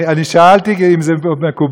אני שאלתי אם זה מקובל,